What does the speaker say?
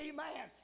Amen